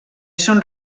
són